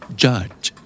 judge